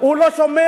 הוא לא שומע?